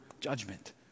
judgment